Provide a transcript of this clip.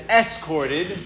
escorted